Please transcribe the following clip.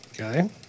Okay